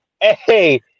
Hey